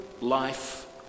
life